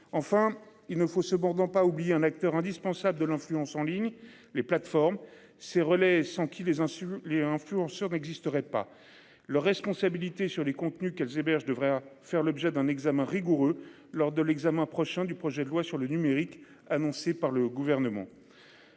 Enfin, il ne faut se bornant pas oublié un acteur indispensable de l'influence en ligne les plateformes ces relais sans qui les insultent les influenceurs existeraient pas leurs responsabilité sur les contenus qu'elles hébergent devrait faire l'objet d'un examen rigoureux lors de l'examen prochain du projet de loi sur le numérique annoncé par le gouvernement.